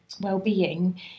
well-being